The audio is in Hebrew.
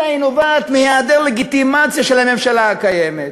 אלא היא נובעת מהיעדר לגיטימציה של הממשלה הקיימת,